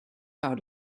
out